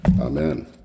Amen